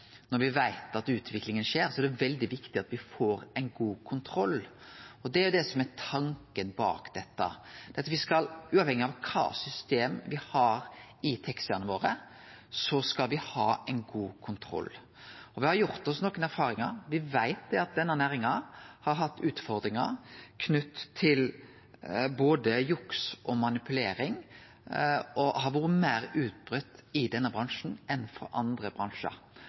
Når me veit at utviklinga skjer, er det veldig viktig at me får ein god kontroll. Det er det som er tanken bak dette, at uavhengig av kva system me har i taxiane våre, skal me ha ein god kontroll. Me har gjort oss nokre erfaringar. Me veit at denne næringa har hatt utfordringar knytt til både juks og manipulering, og at det har vore meir utbreidd i denne bransjen enn for andre bransjar.